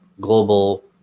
global